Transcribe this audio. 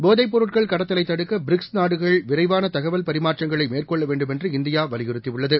போதைப் பொருட்கள் கடத்தலை தடுக்க பிரிக்ஸ் நாடுகள் விரைவான தகவல் பரிமாற்றங்களை மேற்கொள்ள வேண்டுமென்று இந்தியா வலியுறுத்தி உள்ளது